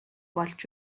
болж